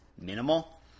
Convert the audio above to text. minimal